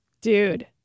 Dude